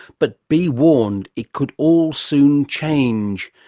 but be warned, it could all soon change.